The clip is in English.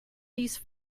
these